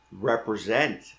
represent